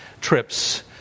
trips